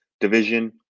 division